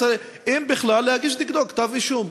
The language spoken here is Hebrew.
אם בכלל להגיש נגדו כתב-אישום.